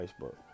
Facebook